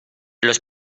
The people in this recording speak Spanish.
los